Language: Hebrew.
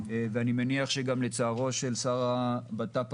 ואני מניח שגם לצערו של השר הקודם,